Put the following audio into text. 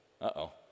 uh-oh